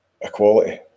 equality